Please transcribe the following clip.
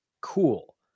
cool